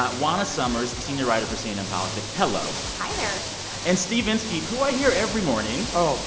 juana summers, senior writer for cnn politics. hello hi there and steve inskeep, who i hear every morning. oh,